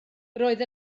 roedd